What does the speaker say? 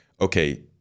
okay